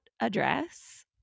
address